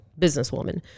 businesswoman